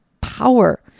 power